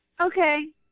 Okay